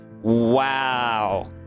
Wow